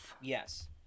Yes